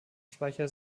speicher